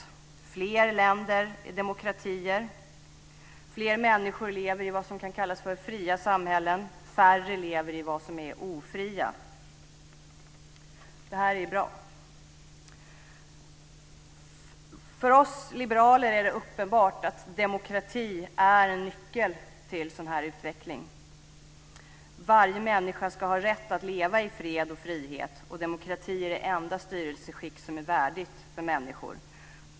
Det finns fler länder med demokratier. Fler människor lever i vad som kan kallas för fria samhällen, och färre lever i vad som är ofria samhällen. Det är bra. För oss liberaler är det uppenbart att demokrati är nyckeln till en sådan utveckling. Varje människa ska ha rätt att leva i fred och frihet. Demokrati är det enda styrelseskick som är värdigt människor.